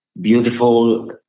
beautiful